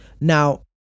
now